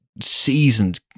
seasoned